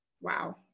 Wow